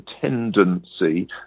tendency